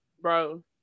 bro